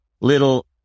little